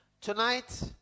Tonight